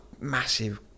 massive